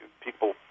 People